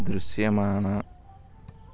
దృశ్యమాన